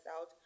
out